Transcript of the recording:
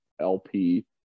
LP